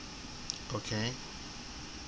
okay